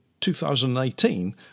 2018